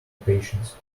patience